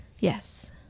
Yes